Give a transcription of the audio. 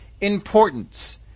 importance